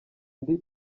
ndi